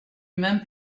même